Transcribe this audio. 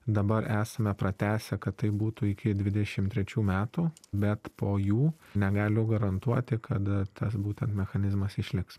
dabar esame pratęsę kad tai būtų iki dvidešim trečių metų bet po jų negaliu garantuoti kad tas būtent mechanizmas išliks